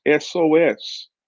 SOS